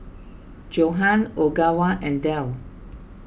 Johan Ogawa and Dell